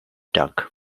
doug